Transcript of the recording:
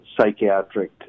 psychiatric